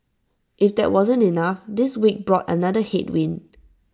if that wasn't enough this week brought another headwind